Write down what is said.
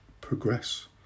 progress